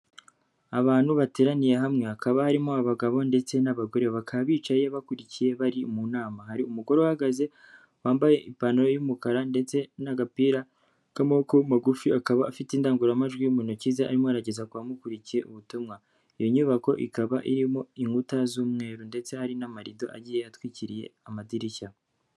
Abantu bateraniye hamwe, hakaba harimo abagabo ndetse n'abagore, bakaba bicaye bakurikiye bari mu nama, hari umugore uhagaze wambaye ipantaro y'umukara ndetse n'agapira k'amaboko magufi, akaba afite indangururamajwi mu ntoki ze arimo arageza ku kumukurikiye ubutumwa, iyo nyubako ikaba irimo inkuta z'umweru ndetse hari n'amarido agiye atwikiriye amadirishya.